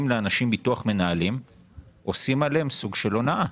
לאנשים ביטוח מנהלים עושים עליהם סוג של הונאה.